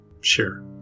Sure